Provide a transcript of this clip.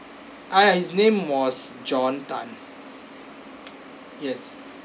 ah his name was john tan yes